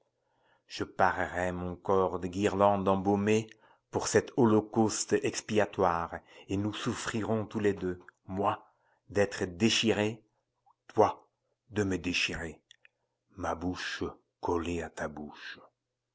je parerai mon corps de guirlandes embaumées pour cet holocauste expiatoire et nous souffrirons tous les deux moi d'être déchiré toi de me déchirer ma bouche collée à ta bouche